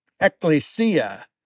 ecclesia